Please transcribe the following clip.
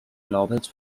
novels